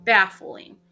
Baffling